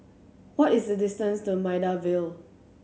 what is the distance to Maida Vale